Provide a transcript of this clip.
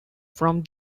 from